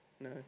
No